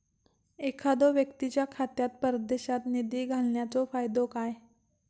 एखादो व्यक्तीच्या खात्यात परदेशात निधी घालन्याचो फायदो काय?